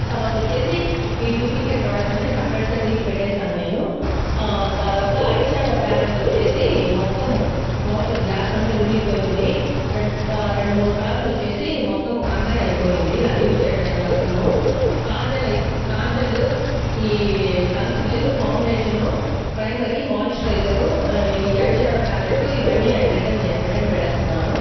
తర్వాత వచ్చేసి ఈ డూప్లికేట్ ప్రొడక్ట్స్ అన్ని సపరేట్ గా తీసి పెట్టేసాను నేను తర్వాత ఐ షాడో ప్యాలెట్ వచ్చేసి మొత్తం లోపల గ్లాస్ అంత విరిగిపోయింది రెండు మూడు కలర్లు వచ్చేసి మొత్తం కంబైన్ అయిపోయింది అది యూస్ చేయడానికి కష్టము కాజల్ కాజలు ఈ కన్సిలర్ ఫౌండేషన్ ప్రైమరీ మాయిశ్చరైజర్ ఈ ఐ షాడో ప్యాలెట్ ఇవన్నీ నేను రిటర్న్ చే రిటర్న్ పెట్టేస్తున్నాను